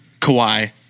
Kawhi